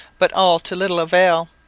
but all to little avail.